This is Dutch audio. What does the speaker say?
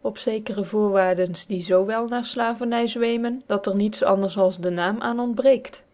op zekere voorwaarden die zoo wel na lacij we dat er niets anders als de naam aan ontbreekt